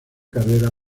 carrera